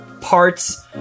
parts